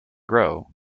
grow